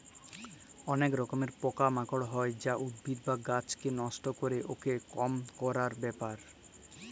অলেক রকমের পকা মাকড় হ্যয় যা উদ্ভিদ বা গাহাচকে লষ্ট ক্যরে, উয়াকে কম ক্যরার ব্যাপার